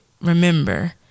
Remember